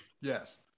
Yes